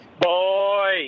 Boy